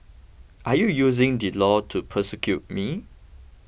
are you using the law to persecute me